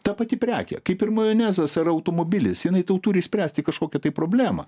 ta pati prekė kaip ir majonezas ar automobilis jinai tau tu turi išspręsti kažkokią problemą